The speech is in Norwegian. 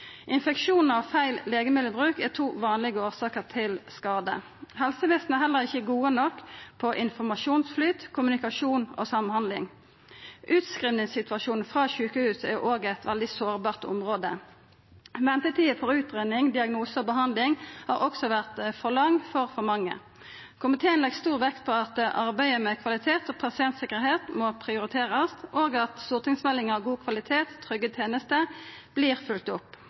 følgje av svikt og uheldige hendingar. Infeksjonar og feil legemiddelbruk er to vanlege årsaker til skade. Helsevesenet er heller ikkje gode nok på informasjonsflyt, kommunikasjon og samhandling. Utskrivingssituasjonen frå sjukehus er òg eit veldig sårbart område. Ventetider for utgreiing, diagnose og behandling har også vore for lang for for mange. Komiteen legg stor vekt på at arbeidet med kvalitet og pasientsikkerheit må prioriterast, og at stortingsmeldinga om god kvalitet og trygge tenester vert følgd opp.